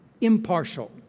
impartial